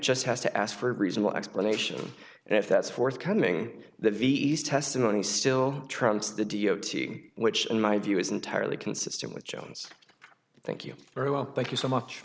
just has to ask for a reasonable explanation and if that's forthcoming that east testimony still trumps the d o t which in my view is entirely consistent with jones thank you very well thank you so much